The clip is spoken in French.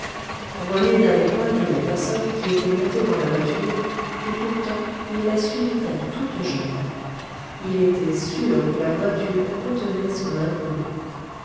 rené n'avait point vu la personne qui était montée dans voiture et pourtant il la suivit à toutes jambes il était sûr que la voiture contenait son inconnue